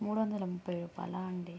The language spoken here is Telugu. మూడు వందల ముప్పై రూపాయలా అండీ